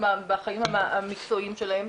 ובחיים המקצועיים שלהם.